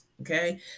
Okay